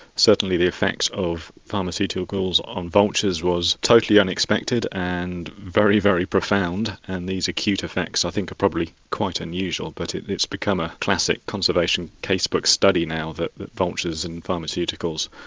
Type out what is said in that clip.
certainly the effects of pharmaceuticals on vultures was totally unexpected and very, very profound and these acute effects i think are probably quite unusual but it's become a classic conservation casebook study now, vultures and pharmaceuticals,